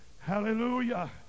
hallelujah